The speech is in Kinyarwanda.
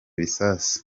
bisasu